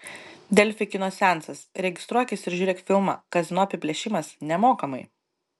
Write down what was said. delfi kino seansas registruokis ir žiūrėk filmą kazino apiplėšimas nemokamai